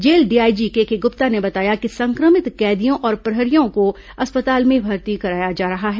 jail DIG KK Gupta ने बताया कि संक्रमित कैदियों और प्रहरियों को अस्पताल में भर्ती कराया जा रहा है